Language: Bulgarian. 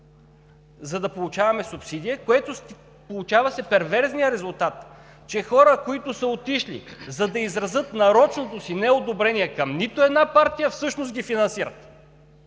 за да получаваме субсидия. Получава се перверзният резултат, че хора, които са отишли, за да изразят нарочното си неодобрение към нито една партия, всъщност ги финансират.